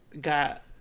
got